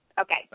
Okay